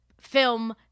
Film